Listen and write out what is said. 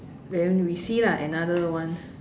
then we see lah another one